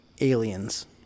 aliens